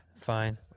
Fine